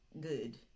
good